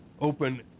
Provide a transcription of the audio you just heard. open